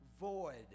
void